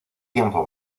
tiempo